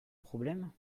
problème